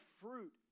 fruit